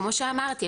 כמו שאמרתי,